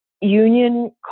union